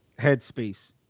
headspace